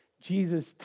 Jesus